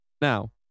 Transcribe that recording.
Now